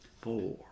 four